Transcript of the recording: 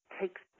takes